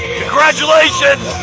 congratulations